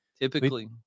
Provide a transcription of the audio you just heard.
Typically